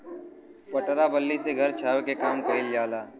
पटरा बल्ली से घर छावे के काम कइल जाला